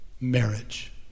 marriage